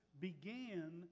began